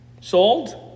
Sold